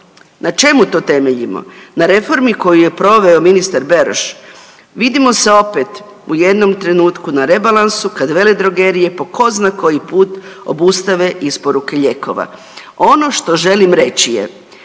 na čemu to temeljimo, na reformi koju je proveo ministar Beroš? Vidimo se opet u jednom trenutku na rebalansu kad veledrogerije po tko zna koji put obustave isporuke lijekova. Ono što želim reći je